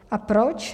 A proč?